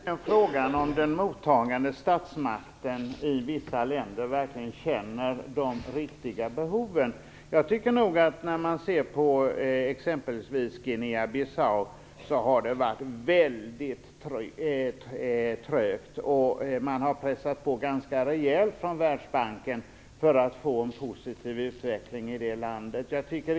Det är verkligen tveksamt om den mottagande statsmakten i vissa länder känner de verkliga behoven. I exempelvis Guinea Bissau har det varit väldigt trögt, och Världsbanken har pressat på ganska rejält för att få till stånd en positiv utveckling i det landet.